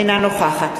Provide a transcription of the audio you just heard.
אינה נוכחת